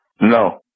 No